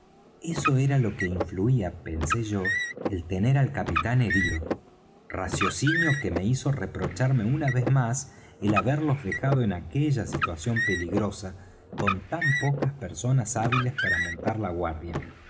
eso era lo que influía pensé yo el tener al capitán herido raciocinio que me hizo reprocharme una vez más el haberlos dejado en aquella situación peligrosa con tan pocas personas hábiles para montar la guardia